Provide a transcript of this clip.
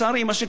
מה שקרה,